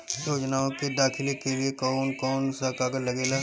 योजनाओ के दाखिले के लिए कौउन कौउन सा कागज लगेला?